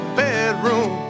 bedroom